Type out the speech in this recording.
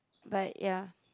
but ya